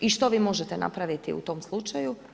I što vi možete napraviti u tom slučaju?